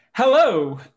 Hello